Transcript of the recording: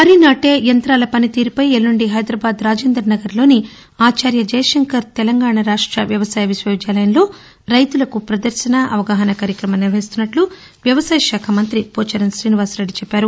వరి నాటే యంగ్రాల పనితీరుపై ఎల్లుండి హైదరాబాద్ రాజేంద్రనగర్లోని ఆచార్య జయశంకర్ తెలంగాణ రాష్ట వ్యవసాయ విశ్వవిద్యాలయంలో రైతులకు ప్రదర్శన అవగాహన కార్యక్రమం నిర్వహిస్తున్నట్లు వ్యవసాయ శాఖ మంతి పోచారం శ్రీనివాసరెడ్డి తెలిపారు